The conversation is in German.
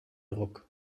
ruck